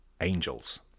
Angels